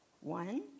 one